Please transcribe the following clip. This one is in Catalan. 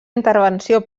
intervenció